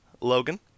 Logan